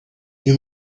you